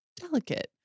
delicate